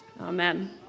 Amen